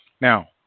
Now